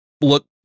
look